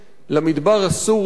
למדבר הסורי,